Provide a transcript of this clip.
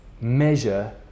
measure